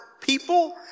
people